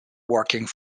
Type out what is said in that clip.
working